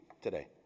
today